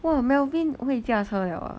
!wah! melvin 会驾车 liao ah